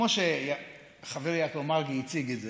שתי אפשרויות, כמו שהציג את זה